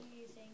using